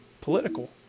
political